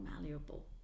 malleable